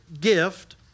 gift